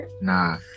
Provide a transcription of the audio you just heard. nah